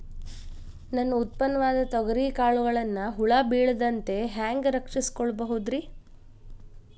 ನನ್ನ ಉತ್ಪನ್ನವಾದ ತೊಗರಿಯ ಕಾಳುಗಳನ್ನ ಹುಳ ಬೇಳದಂತೆ ಹ್ಯಾಂಗ ರಕ್ಷಿಸಿಕೊಳ್ಳಬಹುದರೇ?